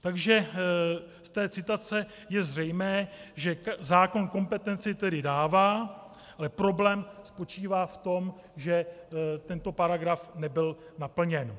Takže z té citace je zřejmé, že zákon kompetenci tedy dává, ale problém spočívá v tom, že tento paragraf nebyl naplněn.